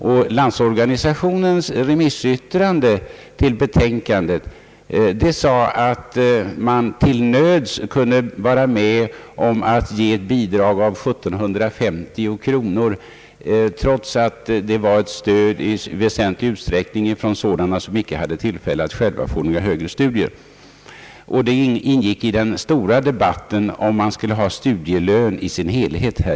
I Landsorganisationens remissyttrande till betänkandet sades, att man till nöds kunde vara med om att ge bidrag på 1750 kronor, trots att det var ett stöd som i väsentlig utsträckning betalades av dem som inte hade tillfälle att själva bedriva högre studier. Detta ingick i den stora debatten om vi skulle införa studielön här i landet.